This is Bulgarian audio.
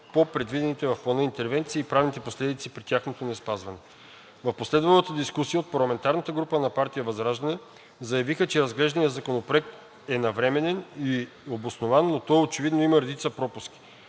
по предвидените в плана интервенции и правните последици при тяхното неспазване. В последвалата дискусия от парламентарната група на партия ВЪЗРАЖДАНЕ заявиха, че разглежданият Законопроект е навременен и обоснован, но той очевидно има редица пропуски.